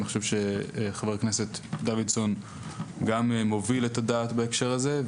אני חושב שחבר הכנסת דוידסון גם מוביל את הדעת בהקשר הזה,